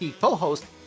co-host